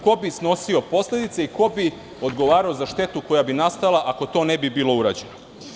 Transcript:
Ko bi snosio posledice i ko bi odgovarao za štetu koja bi nastala ako to ne bi bilo urađeno?